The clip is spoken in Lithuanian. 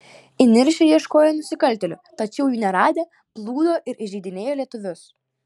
įniršę ieškojo nusikaltėlių tačiau jų neradę plūdo ir įžeidinėjo lietuvius